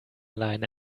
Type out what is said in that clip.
allein